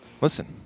Listen